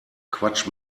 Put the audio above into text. quatsch